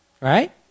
right